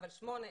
אבל שמונה,